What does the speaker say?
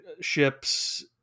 ships